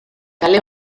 kale